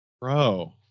Bro